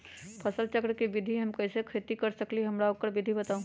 फसल चक्र के विधि से हम कैसे खेती कर सकलि ह हमरा ओकर विधि बताउ?